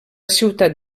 ciutat